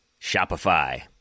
Shopify